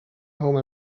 home